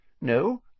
No